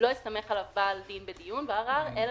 לא יסתמך עליו בעל דין בדיון בערר אלא